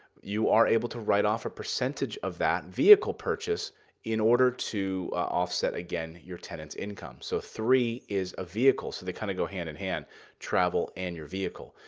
you are able to write off a percentage of that vehicle purchase in order to offset, again, your tenant's income. so three is a vehicle, so they kind of go hand in hand travel and your vehicle.